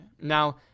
Now